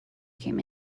came